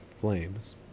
flames